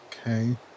okay